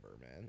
man